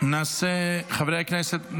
חברי הכנסת,